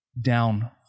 down